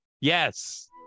Yes